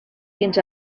fins